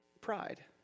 Pride